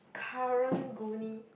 Karang-Guni